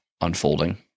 unfolding